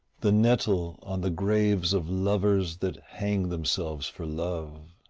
the nettle on the graves of lovers that hanged themselves for love.